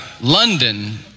London